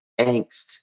angst